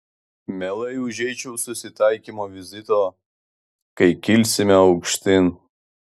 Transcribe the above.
mielai užeičiau susitaikymo vizito kai kilsime aukštyn